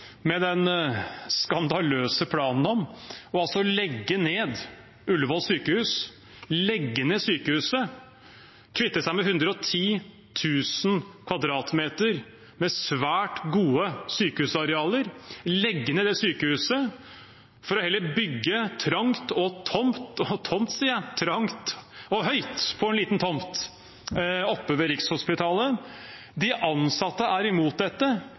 med den skandaløse planen om å legge ned Ullevål sykehus, kvitte seg med 110 000 m 2 svært gode sykehusarealer for heller å bygge trangt og høyt på en liten tomt ved Rikshospitalet. De ansatte – legene, sykepleierne og alle de andre ansattgruppene – er imot dette,